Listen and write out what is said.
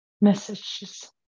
messages